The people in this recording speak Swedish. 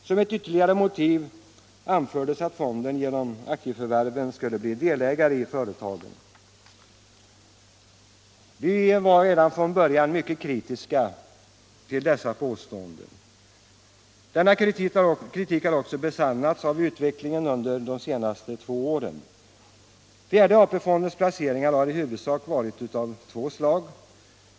Som ett ytterligare motiv har anförts att fonden genom aktieförvärven skulle bli delägare i företagen. Vi var redan från början mycket kritiska mot dessa påståenden. Denna kritik har också besannats av utvecklingen under de senaste två åren. Fjärde AP-fondens placeringar har i huvudsak varit av två slag.